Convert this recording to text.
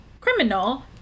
criminal